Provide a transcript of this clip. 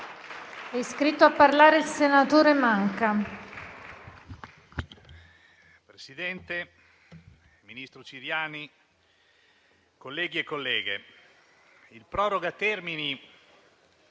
Presidente, ministro Ciriani, colleghi e colleghe, il provvedimento